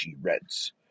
Reds